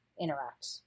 interact